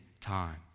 time